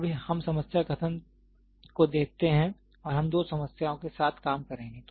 अब हम समस्या कथन को देखते हैं और हम दो समस्याओं के साथ काम करेंगे